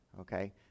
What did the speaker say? Okay